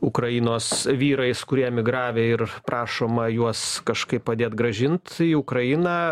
ukrainos vyrais kurie emigravę ir prašoma juos kažkaip padėt grąžint į ukrainą